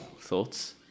thoughts